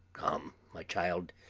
come, my child,